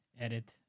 edit